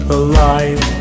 alive